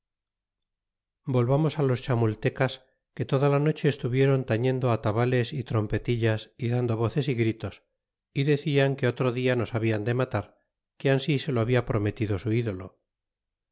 volvamos los chamultecas que toda la noche estuvieron tañendo atabales y trompetillas y dando voces y gritos y decian que otro dia nos hablan de matar que ansi se lo habia prometido su ídolo